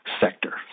sector